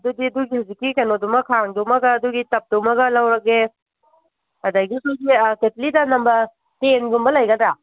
ꯑꯗꯨꯗꯤ ꯑꯩꯈꯣꯏꯒꯤ ꯍꯧꯖꯤꯛꯀꯤ ꯀꯩꯅꯣꯗꯨ ꯑꯃ ꯈꯥꯡꯗꯨꯃꯒ ꯑꯗꯨꯒꯤ ꯇꯞꯇꯨꯃꯒ ꯂꯧꯔꯒꯦ ꯑꯗꯒꯤ ꯁꯤꯒꯤ ꯀꯦꯠꯇꯂꯤꯗ ꯅꯝꯕꯔ ꯇꯦꯟꯒꯨꯝꯕ ꯂꯩꯒꯗ꯭ꯔꯥ